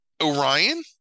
orion